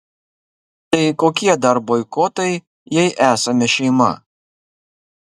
tai kokie dar boikotai jei esame šeima